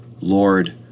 Lord